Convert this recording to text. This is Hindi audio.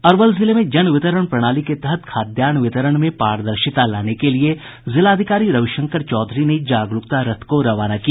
अरवल जिले में जन वितरण प्रणाली के तहत खाद्यान्न वितरण में पारदर्शिता लाने के लिये जिलाधिकारी रविशंकर चौधरी ने जागरूकता रथ को रवाना किया